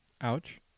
Ouch